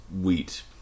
wheat